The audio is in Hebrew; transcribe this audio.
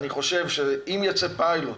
אם ייצא פיילוט